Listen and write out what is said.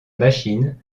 machine